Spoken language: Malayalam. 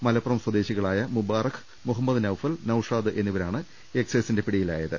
മലപ്പുറം സ്വദേശികളായ മുബാറക് മുഹമ്മദ് നൌഫൽ നൌഷാദ് എന്നിവരാണ് എക്സൈസിന്റെ പിടിയിലായത്